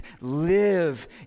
live